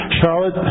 Charlotte